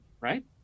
right